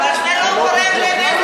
אבל זה לא גורם לנזק